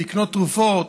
לקנות תרופות.